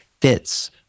fits